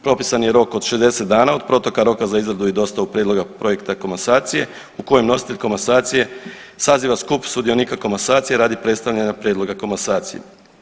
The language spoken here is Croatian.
Propisan je rok od 60 dana od proteka roka za izradu i dostavu prijedloga projekta komasacije u kojem nositelj komasacije saziva skup sudionika komasacije radi predstavljanja prijedloga komasacije.